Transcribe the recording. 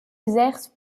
exerce